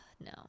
No